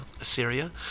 Assyria